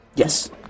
yes